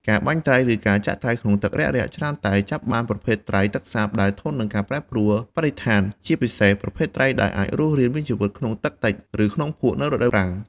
ការបាញ់ត្រី ឬការចាក់ត្រីក្នុងទឹករាក់ៗ ច្រើនតែចាប់បានប្រភេទត្រីទឹកសាបដែលធន់នឹងការប្រែប្រប្រួលបរិស្ថាន ជាពិសេសប្រភេទត្រីដែលអាចរស់រានមានជីវិតក្នុងទឹកតិច ឬក្នុងភក់នៅរដូវប្រាំង។